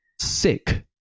Sick